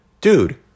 Dude